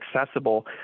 accessible